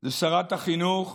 לשרת החינוך